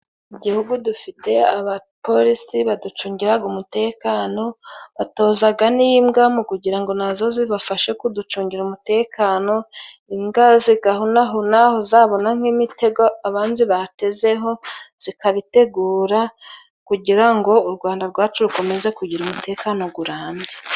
Mu gihugu dufite abapolisi baducungira umutekano; batozaga n'imbwa mu kugira ngo nazo zibafashe kuducungira umutekano, imbwa zigahunahuna aho zabona nk'imitego abandi batezeho zikabitegura kugira ngo u Rwanda rwacu rukomeze kugira umutekano gurambye.